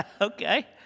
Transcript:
Okay